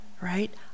right